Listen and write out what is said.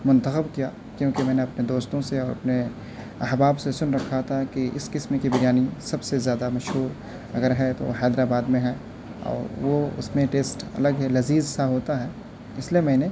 منتخب کیا کیونکہ میں نے اپنے دوستوں سے اور اپنے احباب سے سن رکھا تھا کہ اس کسم کی بریانی سب سے زیادہ مشہور اگر ہے تو حیدر آباد میں ہے اور وہ اس میں ٹیسٹ الگ ہے لذیذ سا ہوتا ہے اس لیے میں نے